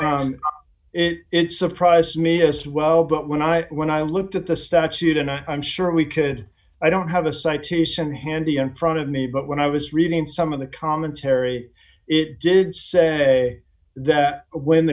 want it it surprised me a swell but when i when i looked at the statute and i'm sure we could i don't have a citation handy in front of me but when i was reading some of the commentary it did say that when